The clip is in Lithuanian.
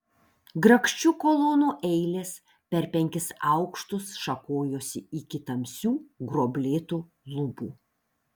grakščių kolonų eilės per penkis aukštus šakojosi iki tamsių gruoblėtų lubų